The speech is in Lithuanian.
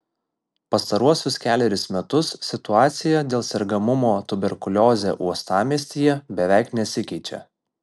pastaruosius kelerius metus situacija dėl sergamumo tuberkulioze uostamiestyje beveik nesikeičia